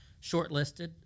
shortlisted